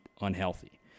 unhealthy